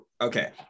okay